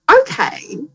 okay